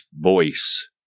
voice